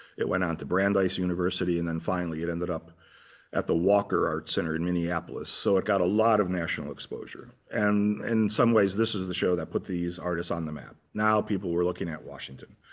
it went on to brandeis university, and then finally, it ended up at the walker art center in minneapolis. so it got a lot of national exposure. and in some ways, this is the show that put these artists on the map. now people were looking at washington.